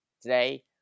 Today